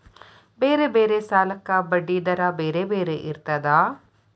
ಬೇರೆ ಬೇರೆ ಸಾಲಕ್ಕ ಬಡ್ಡಿ ದರಾ ಬೇರೆ ಬೇರೆ ಇರ್ತದಾ?